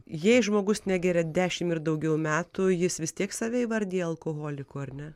jei žmogus negeria dešimt ir daugiau metų jis vis tiek save įvardija alkoholiku ar ne